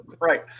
right